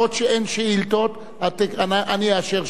אז בשבוע הבא, אף שאין שאילתות, אני אאשר שאילתות.